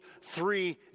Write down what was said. three